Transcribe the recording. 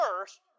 first